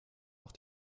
auch